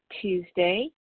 Tuesday